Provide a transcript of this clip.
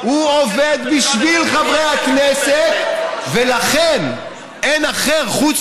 הוא עובד בשביל חברי הכנסת ולכן אין אחר חוץ